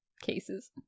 cases